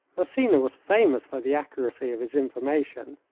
massena was famous for the accuracy of his information.